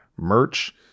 merch